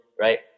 Right